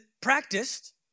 practiced